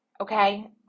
Okay